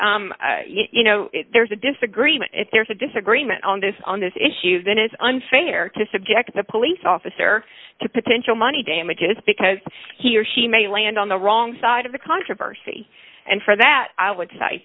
there's a disagreement if there's a disagreement on this on this issue then it is unfair to subject the police officer to potential money damages because he or she may land on the wrong side of the controversy and for that i would